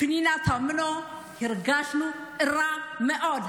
ופנינה תמנו, הרגשנו רע מאוד.